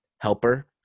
helper